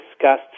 discussed